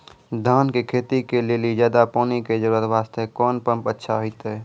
धान के खेती के लेली ज्यादा पानी के जरूरत वास्ते कोंन पम्प अच्छा होइते?